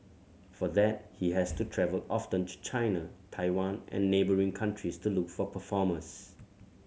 for that he has to travel often to China Taiwan and neighbouring countries to look for performers